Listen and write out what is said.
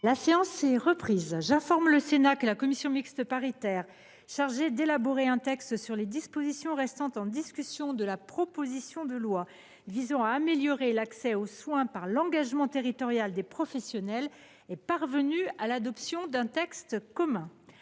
La séance est reprise. J’informe le Sénat que la commission mixte paritaire chargée d’élaborer un texte sur les dispositions restant en discussion de la proposition de loi visant à améliorer l’accès aux soins par l’engagement territorial des professionnels est parvenue à l’adoption d’un texte commun.